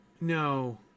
no